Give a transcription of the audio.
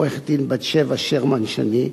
עורכת-דין בת-שבע שרמן-שני,